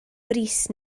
brys